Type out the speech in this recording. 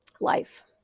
life